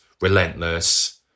relentless